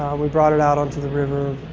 we brought it out onto the river,